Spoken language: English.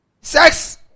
Sex